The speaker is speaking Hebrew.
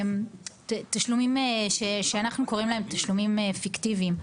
תשלומים שאנחנו קוראים להם תשלומים פיקטיביים,